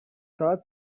coax